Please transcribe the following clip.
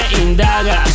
indaga